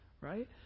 Right